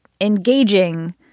engaging